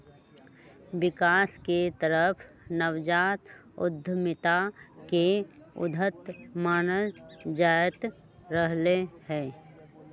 विकास के तरफ नवजात उद्यमिता के उद्यत मानल जाईंत रहले है